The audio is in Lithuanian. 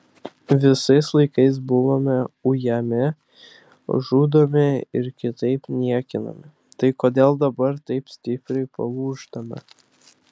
visais laikais buvome ujami žudomi ir kitaip niekinami tai kodėl dabar taip stipriai palūžtame